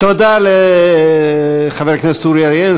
תודה לחבר הכנסת אורי אריאל,